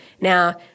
Now